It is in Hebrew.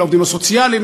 לעובדים הסוציאליים.